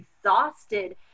exhausted